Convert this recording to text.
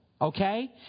Okay